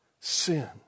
sin